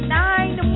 nine